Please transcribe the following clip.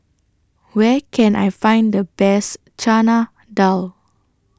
Where Can I Find The Best Chana Dal